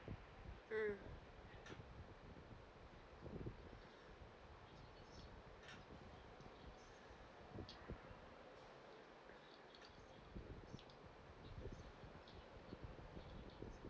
mm